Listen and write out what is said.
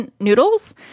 noodles